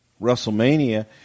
WrestleMania